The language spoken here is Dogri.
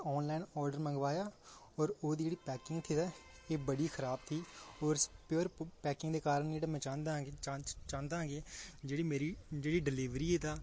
ऑनलाईन ऑर्डर मंगवाया ते ओह्दी जेह्ड़ी पैकिंग थी ते होर एह् बड़ी खराब थी ते प्योर पैकिंग दे कारण में चाहंदा कि जेह्ड़ी मेरी जेह्ड़ी डिलीवरी ऐ ते तां